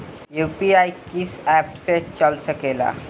UPI किस्से कीस app से चल सकेला?